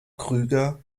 krüger